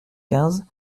quinze